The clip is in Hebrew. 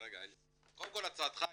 קודם כל הצעתך התקבלה.